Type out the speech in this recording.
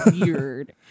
weird